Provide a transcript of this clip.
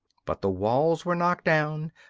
but the walls were knocked down,